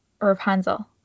Rapunzel